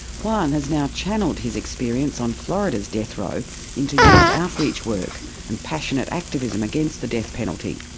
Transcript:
juan has now channelled his experience on florida's death row into youth outreach work and passionate activism against the death penalty.